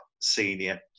senior